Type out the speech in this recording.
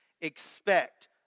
Expect